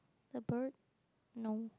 a bird no